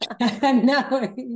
No